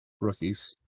Rookies